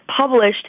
published